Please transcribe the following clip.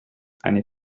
eine